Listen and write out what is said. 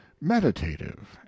meditative